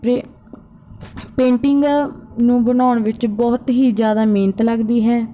ਪਰੇ ਪੇਂਟਿੰਗ ਨੂੰ ਬਣਾਉਣ ਵਿੱਚ ਬਹੁਤ ਹੀ ਜ਼ਿਆਦਾ ਮਿਹਨਤ ਲੱਗਦੀ ਹੈ